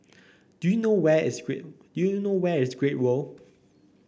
do you know where is great do you know where is Great World